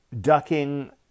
ducking